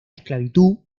esclavitud